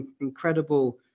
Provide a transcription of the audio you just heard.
incredible